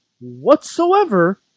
whatsoever